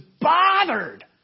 bothered